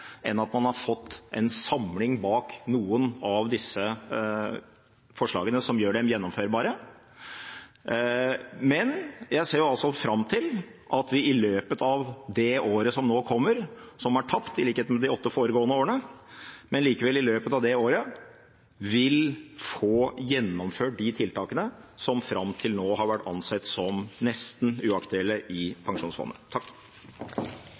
at man kunne fått en samling bak noen av disse forslagene som gjorde dem gjennomførbare, men jeg ser fram til at vi i løpet av det året som nå kommer – som er tapt, i likhet med de åtte foregående årene – vil få gjennomført de tiltakene som fram til nå har vært ansett som nesten uaktuelle i